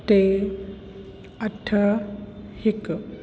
टे अठ हिकु